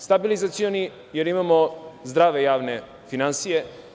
Stabilizacioni je jer imamo zdrave javne finansije.